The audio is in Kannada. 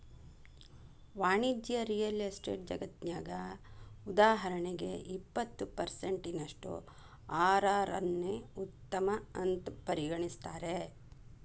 ವಾಣಿಜ್ಯ ರಿಯಲ್ ಎಸ್ಟೇಟ್ ಜಗತ್ನ್ಯಗ, ಉದಾಹರಣಿಗೆ, ಇಪ್ಪತ್ತು ಪರ್ಸೆನ್ಟಿನಷ್ಟು ಅರ್.ಅರ್ ನ್ನ ಉತ್ತಮ ಅಂತ್ ಪರಿಗಣಿಸ್ತಾರ